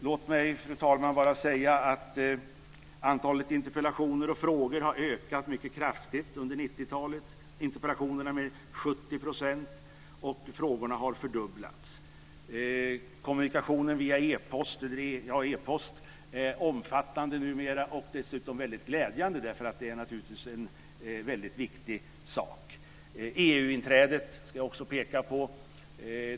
Låt mig, fru talman, bara säga att antalet interpellationer och frågor har ökat mycket kraftigt under 90 talet; interpellationerna har ökat med 70 %, och frågorna har fördubblats. Kommunikationen via e-post är omfattande numera och dessutom väldigt glädjande, därför att det är naturligtvis en väldigt viktig sak. EU-inträdet ska jag också peka på.